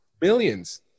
millions